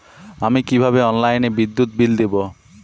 আমি কিভাবে অনলাইনে বিদ্যুৎ বিল দেবো?